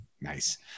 Nice